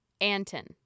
Anton